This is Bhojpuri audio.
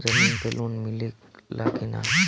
जमीन पे लोन मिले ला की ना?